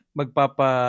magpapa